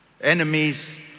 Enemies